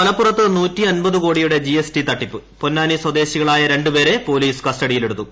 T മലപ്പുറത്ത് കോടിയുഖ് പൊന്നാനി സ്വദേശികളായ രണ്ടു പ്പേട്ട് പൊലീസ് കസ്റ്റഡിയിലെടുത്തു